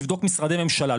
תבדוק משרדי ממשלה,